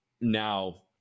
Now